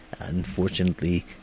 unfortunately